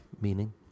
meaning